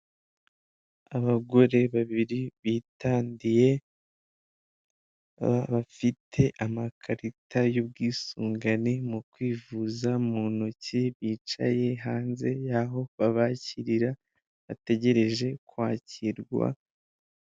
Abagore babiri bitandiye, bafite amakarita y'ubwisungane mu kwivuza mu ntoki bicaye hanze y'aho babakirira bategereje kwakirwa.